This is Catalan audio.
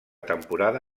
temporada